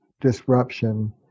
disruption